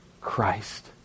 Christ